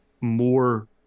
more